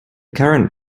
current